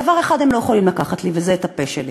דבר אחד הם לא יכולים לקחת לי, וזה את הפה שלי.